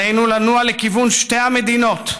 עלינו לנוע לכיוון שתי המדינות,